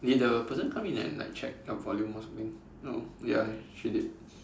did the person come in and like check your volume or something no ya she did